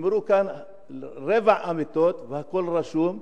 נאמרו כאן רבעי אמיתות, והכול רשום,